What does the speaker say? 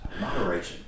Moderation